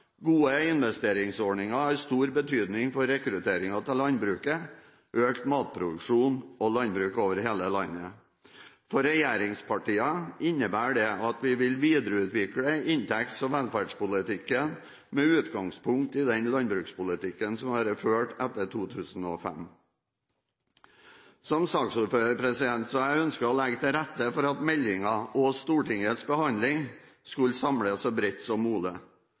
Gode investeringsordninger har stor betydning for rekruttering til landbruket, økt matproduksjon og landbruk over hele landet. For regjeringspartiene innebærer det at vi vil videreutvikle inntekts- og velferdspolitikken med utgangspunkt i den landbrukspolitikken som har vært ført etter 2005. Som saksordfører har jeg ønsket å legge til rette for at meldingen, og Stortingets behandling, skulle samle så bredt som